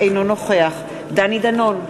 אינו נוכח דני דנון,